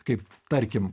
kaip tarkim